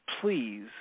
Please